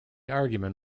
argument